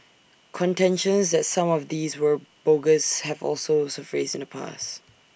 contentions that some of these were bogus have also surfaced in the past